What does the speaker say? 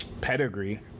pedigree